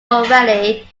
already